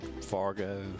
Fargo